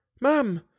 Ma'am